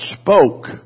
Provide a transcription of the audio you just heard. spoke